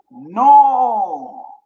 no